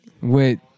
Wait